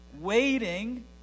waiting